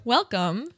Welcome